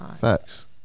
Facts